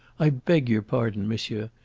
i beg your pardon, monsieur,